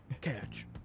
Catch